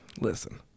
Listen